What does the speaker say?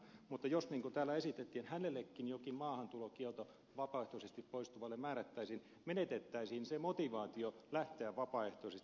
mutta jos niin kuin täällä esitettiin hänellekin vapaaehtoisesti poistuvalle jokin maahantulokielto määrättäisiin menetettäisiin se motivaatio lähteä vapaaehtoisesti